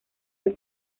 del